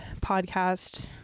podcast